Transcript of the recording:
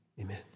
amen